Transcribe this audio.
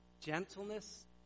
gentleness